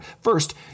first